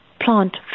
Plant